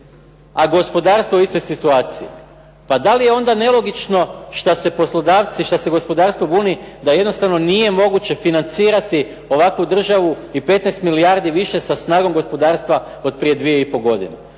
a gospodarstvo u istoj situaciji. Pa da li je onda nelogično što se poslodavci, što se gospodarstvo buni da jednostavno nije moguće financirati ovakvu državu i 15 milijardi više sa snagom gospodarstva od prije 2,5 godine.